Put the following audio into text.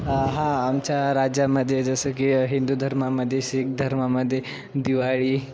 हा आमच्या राज्यामध्ये जसं की हिंदू धर्मामध्ये सीख धर्मामध्ये दिवाळी